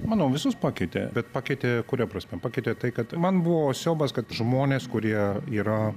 manau visus pakeitė bet pakeitė kuria prasme pakeitė tai kad man buvo siaubas kad žmonės kurie yra